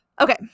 Okay